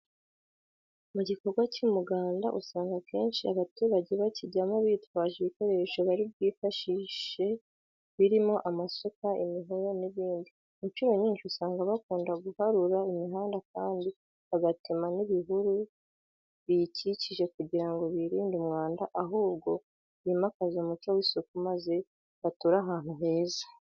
Mu gikorwa cy'umuganda usanga akenshi abaturage bakijyamo bitwaje ibikoresho bari bwifashishe birimo amasuka, imihoro n'ibindi. Incuro nyinshi usanga bakunda guharura imihanda kandi bagatema n'ibihuru biyikikije kugira ngo birinde umwanda ahubwo bimakaze umuco w'isuku maze bature ahantu heza.